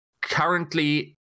currently